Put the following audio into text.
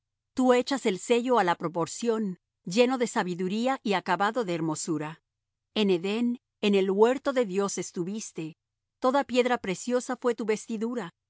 tú echas el sello á la proporción lleno de sabiduría y acabado de hermosura en edén en el huerto de dios estuviste toda piedra preciosa fué tu vestidura